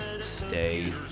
Stay